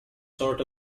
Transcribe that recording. sort